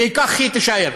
וכך היא תישאר.